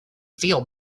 feel